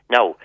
Now